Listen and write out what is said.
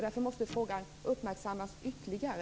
Därför måste frågan uppmärksammas ytterligare.